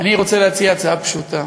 אני רוצה להציע הצעה פשוטה: